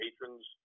patrons